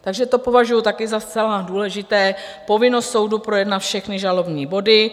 Takže to považuji taky za zcela důležité, povinnost soudu projednat všechny žalobní body.